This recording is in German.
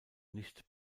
nicht